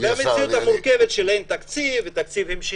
כל זאת בתוך מציאות מורכבת שאין תקציב קבוע,